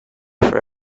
for